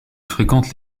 fréquente